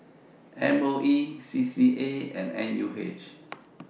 M O E C C A and N U H